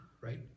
right